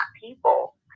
people